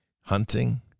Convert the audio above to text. hunting